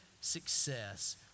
success